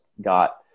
got